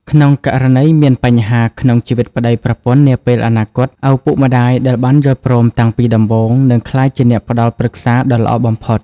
ក្នុងករណីមានបញ្ហាក្នុងជីវិតប្ដីប្រពន្ធនាពេលអនាគត ឪពុកម្ដាយដែលបានយល់ព្រមតាំងពីដំបូង នឹងក្លាយជាអ្នកផ្ដល់ប្រឹក្សាដ៏ល្អបំផុត។